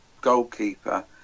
goalkeeper